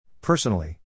Personally